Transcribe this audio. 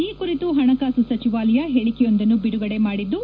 ಈ ಕುರಿತು ಪಣಕಾಸು ಸಚಿವಾಲಯ ಹೇಳಿಕೆಯೊಂದನ್ನು ಬಿಡುಗಡೆ ಮಾಡಿದ್ದು